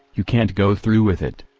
you can't go through with it!